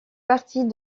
partie